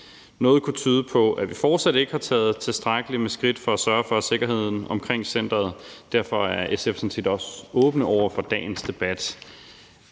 Noget kunne tyde på, at vi fortsat ikke har taget tilstrækkelige skridt for at sørge for sikkerheden omkring centeret. Derfor er vi i SF sådan set også åbne over for dagens debat.